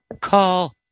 call